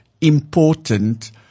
important